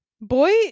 boy